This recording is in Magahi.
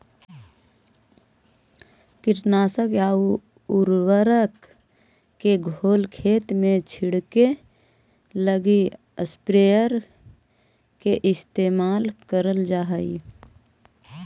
कीटनाशक आउ उर्वरक के घोल खेत में छिड़ऽके लगी स्प्रेयर के इस्तेमाल करल जा हई